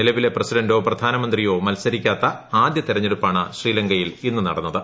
നിലവിലെ പ്രസിഡന്റോ പ്രധാനമന്ത്രിയോ മത്സരിക്കാത്ത ആദ്യ തെരഞ്ഞെടുപ്പാണ് ശ്രീലങ്കയിൽ ഇന്ന് നടന്നത്